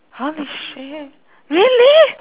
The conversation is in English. holy shit really